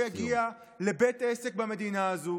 לא יגיע לבית עסק במדינה הזו